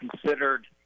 considered